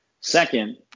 Second